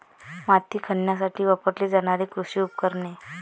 माती खणण्यासाठी वापरली जाणारी कृषी उपकरणे